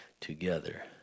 together